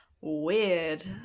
weird